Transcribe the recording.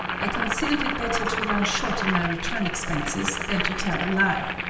i considered it better to run short in my return expenses than to tell a lie.